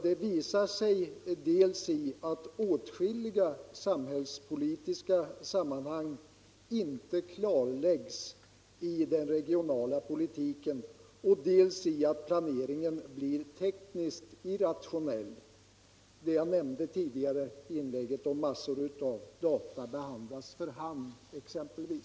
Det visar sig dels i att åtskilliga samhällspolitiska sammanhang inte klarläggs i den regionala politiken, dels i att planeringen blir tekniskt irrationell. Som jag nämnde tidigare är det exempelvis massor av data som behandlas för hand.